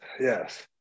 yes